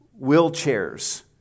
wheelchairs